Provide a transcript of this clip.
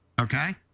okay